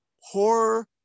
horror